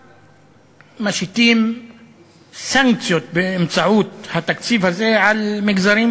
משיתים סנקציות באמצעות התקציב הזה על מגזרים